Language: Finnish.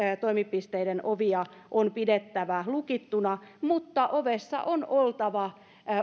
toimipisteiden ovia on pidettävä lukittuina mutta ovessa on oltava